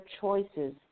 choices